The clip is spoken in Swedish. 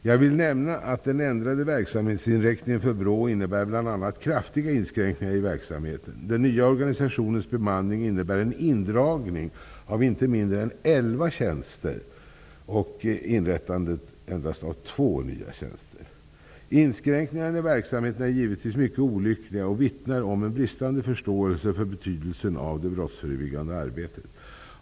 Jag vill nämna att den ändrade verksamhetsinriktningen för BRÅ innebär bl.a. kraftiga inskränkningar i verksamheten. Den nya organisationens bemanning innebär en indragning av inte mindre än elva tjänster och inrättandet av endast två nya tjänster. Inskränkningarna i verksamheten är givetvis mycket olyckliga och vittnar om en bristande förståelse för betydelsen av det brottsförebyggande arbetet.